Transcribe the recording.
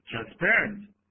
transparent